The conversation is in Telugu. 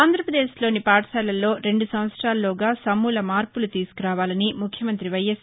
ఆంధ్రాప్రదేశ్లోని పాఠశాలల్లో రెండు సంవత్సరాల్లోగా సమూల మార్పు తీసుకురావాలని ముఖ్యమంత్రి వైఎస్